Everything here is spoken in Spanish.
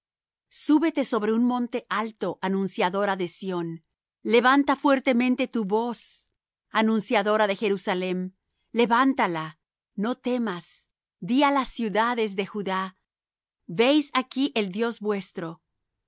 súbete sobre un monte alto anunciadora de sión levanta fuertemente tu voz anunciadora de jerusalem levántala no temas di á las ciudades de judá veis aquí el dios